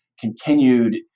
continued